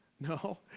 No